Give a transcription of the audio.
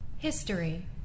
History